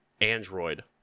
android